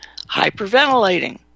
hyperventilating